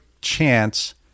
chance